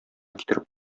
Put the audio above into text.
китереп